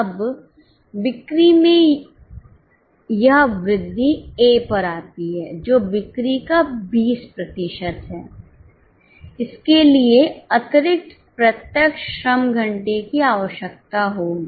अब बिक्री में यह वृद्धि ए पर आती है जो बिक्री का 20 प्रतिशत है इसके लिए अतिरिक्त प्रत्यक्ष श्रम घंटे की आवश्यकता होगी